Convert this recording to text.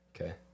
Okay